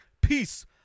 Peace